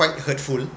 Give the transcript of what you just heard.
quite hurtful